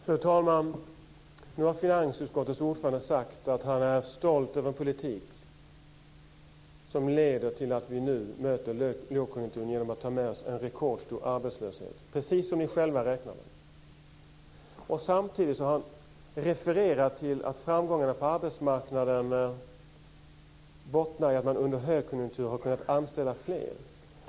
Fru talman! Här har finansutskottets ordförande sagt att han är stolt över en politik som leder till att vi nu möter lågkonjunkturen genom att ta med oss en rekordstor arbetslöshet - precis som ni själva räknat med. Samtidigt refererar han till att framgångarna på arbetsmarknaden bottnar i att man under högkonjunktur har kunnat anställa fler.